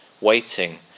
waiting